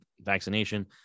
vaccination